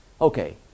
Okay